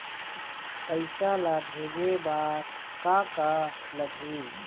पैसा ला भेजे बार का का लगही?